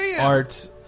art